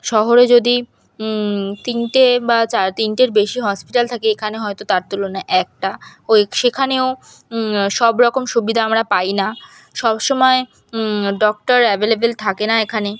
শহরে যদি তিনটে বা চার তিনটের বেশি হসপিটাল থাকে এখানে হয়তো তার তুলনায় একটা ওই সেখানেও সবরকম সুবিধা আমরা পাই না সবসময় ডক্টর অ্যাভেলেবেল থাকে না এখানে